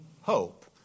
hope